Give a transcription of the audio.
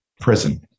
prison